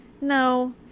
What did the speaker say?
no